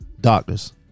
doctors